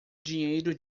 dinheiro